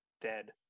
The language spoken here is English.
dead